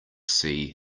sea